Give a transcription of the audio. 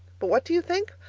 but what do you think?